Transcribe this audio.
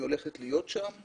היא הולכת להיות שם.